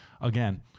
again